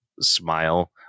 smile